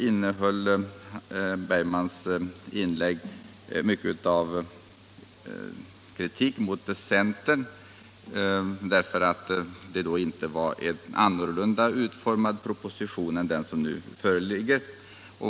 Herr Bergmans inlägg innehöll mycket av kritik mot centern för att propositionen inte hade en annan utformning än den har.